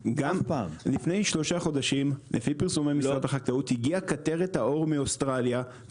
לפני שלושה חדשים לפי פרסומי משרד החקלאות הגיע קטרת העור מאוסטרליה,